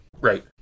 Right